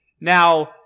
Now